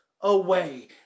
away